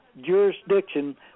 jurisdiction